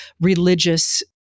religious